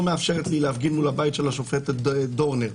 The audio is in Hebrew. מאפשרת לי להפגין מול הבית של השופטת דורנר,